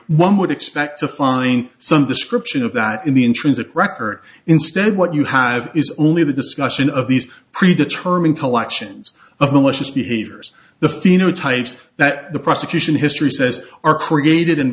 one would expect to find some description of that in the in transit record instead what you have is only the discussion of these pre determined collections of malicious behaviors the phenotypes that the prosecution history says are created